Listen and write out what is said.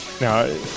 Now